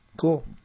cool